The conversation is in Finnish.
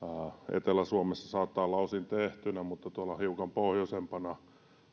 etelä suomessa saattaa olla osin tehtynä mutta tuolla hiukan pohjoisempana